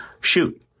shoot